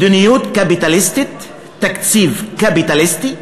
מדיניות קפיטליסטית, תקציב קפיטליסטי,